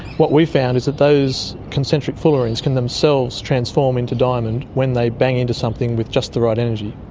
what we found is that those concentric fullerenes can themselves transform into diamond when they bang into something with just the right energy.